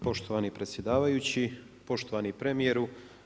Poštovani predsjedavajući, poštovani premijeru.